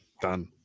Done